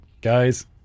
guys